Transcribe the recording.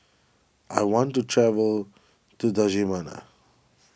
I want to travel to